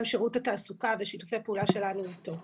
שירות התעסוקה ושיתופי פעולה שלנו איתנו.